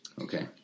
Okay